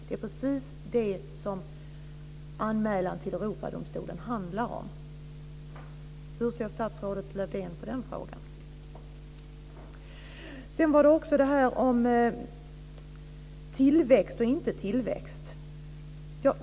Det är precis det som anmälan till Europadomstolen handlar om. Hur ser statsrådet Lövdén på den frågan? Det var också fråga om tillväxt och inte tillväxt.